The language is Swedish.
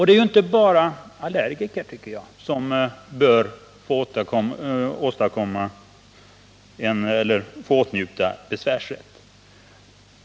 Det är inte bara allergiker som bör få åtnjuta besvärsrätt.